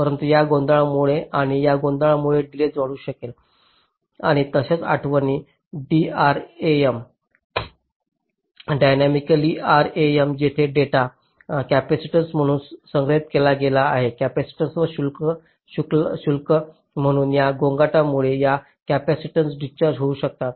परंतु या गोंधळांमुळे आणि या गोंधळामुळे डीलेय वाढू शकेल आणि तशाच आठवणी DRAM डायनॅमिक RAM जिथे डेटा कॅपेसिटन्स म्हणून संग्रहित केला गेला आहे कॅपेसिटन्सवर शुल्क म्हणून या गोंगाटामुळे काही कॅपेसिटीन्स डिस्चार्ज होऊ शकतात